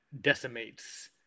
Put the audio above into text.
decimates